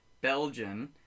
belgian